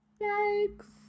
Yikes